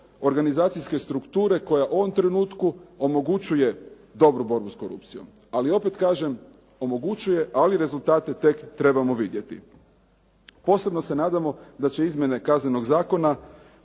organizacijske strukture koja u ovom trenutku omogućuje dobru borbu s korupcijom. Ali opet kažem omogućuje, ali rezultate trebamo tek vidjeti. Posebno se nadamo da će izmjene Kaznenog zakona